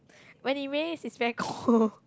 when it rains it's very cold